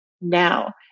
now